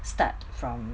start from